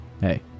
hey